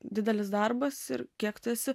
didelis darbas ir kiek tu esi